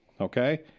Okay